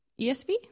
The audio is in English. ESV